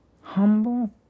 humble